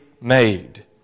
made